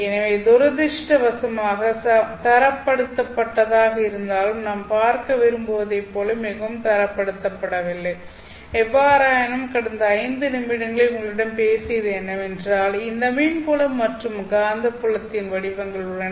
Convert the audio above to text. எனவே துரதிர்ஷ்டவசமாக தரப்படுத்தப்பட்டதாக இருந்தாலும் நாம் பார்க்க விரும்புவதைப் போல மிகவும் தரப்படுத்தப்படவில்லை எவ்வாறாயினும் கடந்த 5 நிமிடங்களில் உங்களிடம் பேசியது என்னவென்றால் இந்த மின் புலம் மற்றும் காந்தப்புலத்தின் வடிவங்கள் உள்ளன